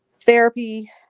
therapy